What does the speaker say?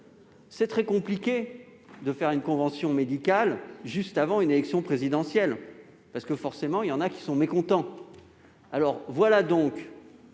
est très compliqué de faire une convention médicale juste avant une élection présidentielle, parce que, forcément, il y a des mécontents ...